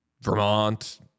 Vermont